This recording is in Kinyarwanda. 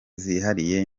zihariye